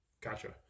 gotcha